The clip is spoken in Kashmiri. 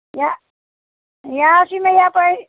یہِ یہِ حظ چھُے مےٚ یِپٲرۍ